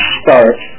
start